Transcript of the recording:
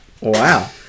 Wow